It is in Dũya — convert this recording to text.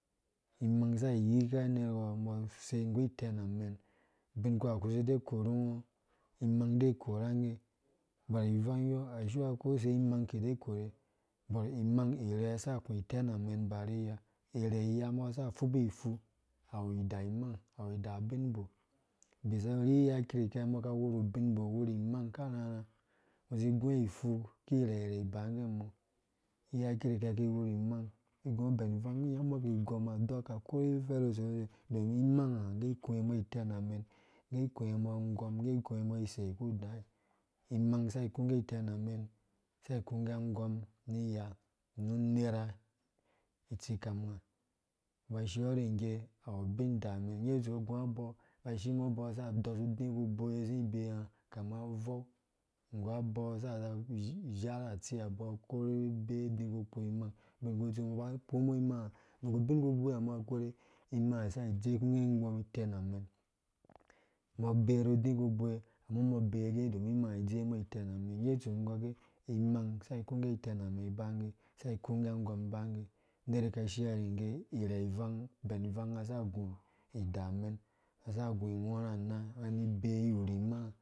Imang sa iyike anegwar umbɔ asei nggu iten amen ubin kuha ku uside ukorungo imang ide ikoruwangge bɔr ivangyɔ asiwea kose imang kide ikore bɔr imang irhɛɛ sa akú iteu amɛn o-iba viiya irhee iyaa umbɔ ka sa afubi isu awu ida imang awuida ubinbo. ubisu urhi iya kirke umbɔ ka awuru ubinbo, awuri imang karharha ungo usi iguɔ ifu kirherhe ibangge mɔ iya kirkɛ ki iwuru imang ungo iyuɔ bɛn ivang ungɔ inyaɔ umbɔ ki igom adoka kori domin imang ha ngge ikuwe itenamen ngge ikuwe umbɔ isei kudai imang sa ikungge itenamen sa ikungge itenamɛn sa ikungge angɔm ni iya nu unera itsikamnga ungo uba ushiɔ rungge, awu ubin idamen ngge itsu ungo ugu abɔɔ ba ashimbɔ abɔɔ sa adɔsa udi ku bewe zi ibee nga, kama aveu nggu abɔɔ sa za azhara atsi abɔɔ akore abee udi ku ukpo imang ubinkutsu umbɔ ba akpo imang ha muku ubin kubewe ha umbɔ ka kore imang ha sa idzeek ungge umbɔ iten amɛn umbɔ abeeru udi ku bewe, nu umbɔ abee gɛ domin imang ha idzee umbɔ iten amɛn ngge itsu ingor ge imang sa ikungge angɔm ibangge unerwi ko ashia ri ingge irhe ivang unga sa agu idamɛn unga sa agu ighorha ana, unya ni ibee iwuri imang